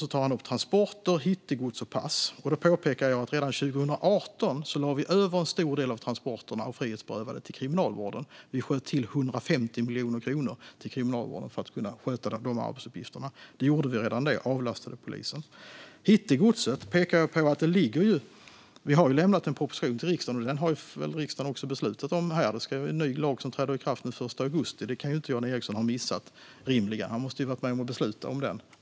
Han tar upp transporter, hittegods och pass. Jag påpekade att redan 2018 lade vi över en stor del av transporterna av frihetsberövade till Kriminalvården. Vi sköt till 150 miljoner kronor till Kriminalvården för att den skulle kunna sköta de arbetsuppgifterna. Vi avlastade redan då polisen. När det gäller hittegodset har vi lämnat en proposition till riksdagen, och den har väl riksdagen också beslutat om. Det är en ny lag som träder i kraft den 1 augusti. Det kan Jan Ericson rimligen inte ha missat. Han måste ju ha varit med om att besluta om den.